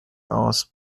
aus